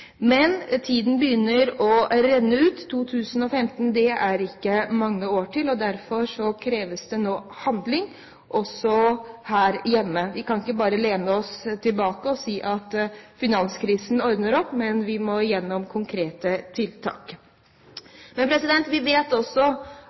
Men tiden begynner å renne ut. 2015 er det ikke mange år til, og derfor kreves det nå handling også her hjemme. Vi kan ikke bare lene oss tilbake og si at finanskrisen ordner opp, men vi må gjennomføre konkrete tiltak.